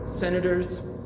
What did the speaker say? Senators